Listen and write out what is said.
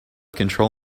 control